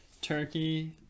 turkey